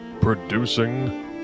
producing